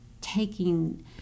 taking